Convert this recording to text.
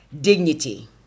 Dignity